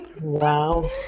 Wow